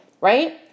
right